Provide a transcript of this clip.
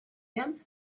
him